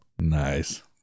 Nice